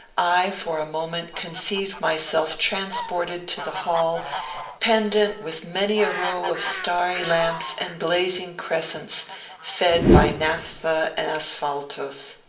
i, for a moment, conceived myself transported to the hall pendent with many a row of starry lamps and blazing crescents fed by naphtha and asphaltos.